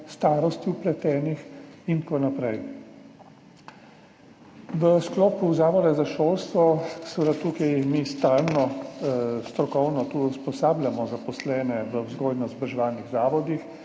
starost vpletenih in tako naprej. V sklopu Zavoda za šolstvo mi stalno strokovno usposabljamo zaposlene v vzgojno-izobraževalnih zavodih,